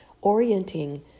Orienting